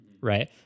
right